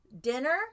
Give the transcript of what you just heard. dinner